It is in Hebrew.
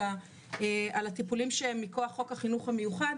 אלא על הטיפולים שהם מכוח חוק החינוך המיוחד,